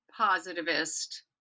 positivist